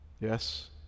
Yes